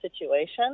situation